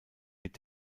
mit